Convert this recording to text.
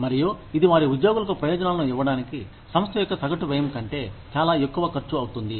మరియు ఇది వారి ఉద్యోగులకు ప్రయోజనాలను ఇవ్వడానికి సంస్థ యొక్క సగటు వ్యయం కంటే చాలా ఎక్కువ ఖర్చు అవుతుంది